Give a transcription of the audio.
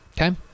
okay